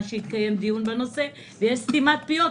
שיתקיים דיון בנושא ויש סתימת פיות,